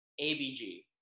abg